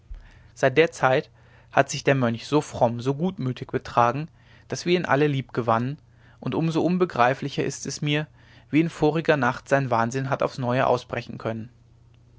seit der zeit hat sich der mönch so fromm so gutmütig betragen daß wir ihn alle liebgewannen und um so unbegreiflicher ist es mir wie in voriger nacht sein wahnsinn hat aufs neue ausbrechen können